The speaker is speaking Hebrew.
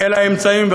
אלא אמצעים.